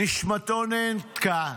נשמתו נעתקה,